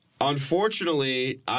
Unfortunately